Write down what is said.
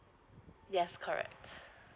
yes correct